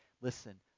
Listen